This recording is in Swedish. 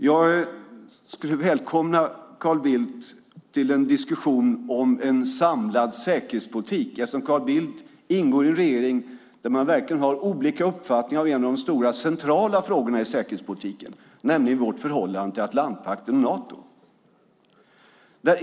Jag skulle välkomna Carl Bildt till en diskussion om en samlad säkerhetspolitik, eftersom Carl Bildt ingår i en regering där man verkligen har olika uppfattningar i en av de stora och centrala frågorna i säkerhetspolitiken, nämligen vårt förhållande till Atlantpakten Nato.